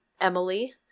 Emily